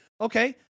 okay